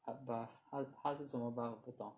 hard buff 他是什么 buff 我不懂